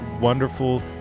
wonderful